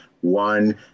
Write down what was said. one